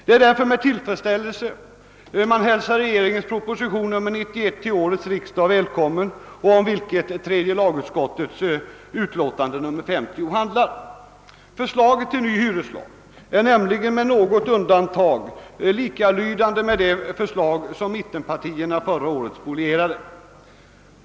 Det är därför med tillfredsställelse vi nu hälsar regeringens proposition nr 91 till årets riksdag, vilken behandlas i tredje lagutskottets utlåtande nr 50. Förslaget till ny hyreslag är nämligen med något undantag likalydande med det förslag, som mittenpartierna förra året spolierade.